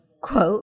quote